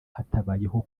hatabayeho